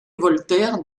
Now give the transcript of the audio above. voltaire